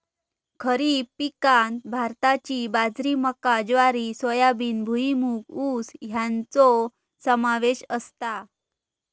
खरीप पिकांत भाताची बाजरी मका ज्वारी सोयाबीन भुईमूग ऊस याचो समावेश असता